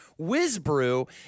whizbrew